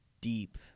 deep